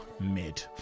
mid